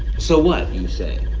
so what, you say.